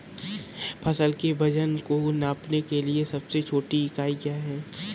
फसल के वजन को नापने के लिए सबसे छोटी इकाई क्या है?